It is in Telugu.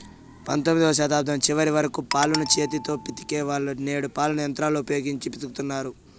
పంతొమ్మిదవ శతాబ్దం చివరి వరకు పాలను చేతితో పితికే వాళ్ళు, నేడు పాలను యంత్రాలను ఉపయోగించి పితుకుతన్నారు